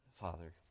Father